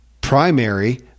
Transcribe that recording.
primary